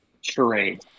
charade